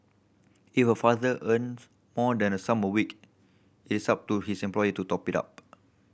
if a father earns more than a sum a week it is up to his employer to top it up